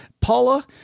Paula